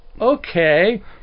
okay